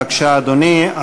בבקשה, אדוני.